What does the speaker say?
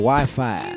Wi-Fi